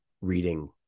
reading